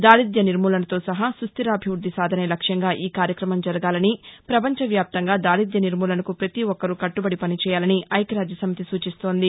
దారిద్ర్య నిర్మూలనతో సహా సుస్టిరాభివృద్ది సాధనే లక్ష్యంగా ఈ కార్యక్రమం జరగాలని ప్రపంచ వ్యాప్తంగా దారిద్య నిర్మూలనకు ప్రతి ఒక్కరూ కట్టుబడి పనిచేయాలని ఐక్యరాజ్యసమితి సూచిస్తోంది